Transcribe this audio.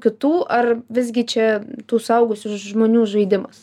kitų ar visgi čia tų suaugusių žmonių žaidimas